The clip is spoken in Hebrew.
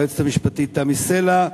ליועצת המשפטית תמי סלע,